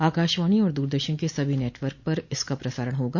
आकाशवाणी और दूरदर्शन के सभी नेटवर्क पर इसका प्रसारण होगा